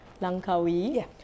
Langkawi